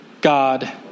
God